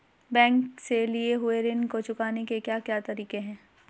Bank से लिए हुए ऋण को चुकाने के क्या क्या तरीके हैं?